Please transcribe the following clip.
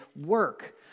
work